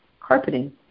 carpeting